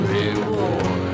reward